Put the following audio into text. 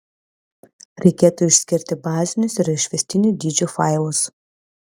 reikėtų išskirti bazinius ir išvestinių dydžių failus